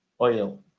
oil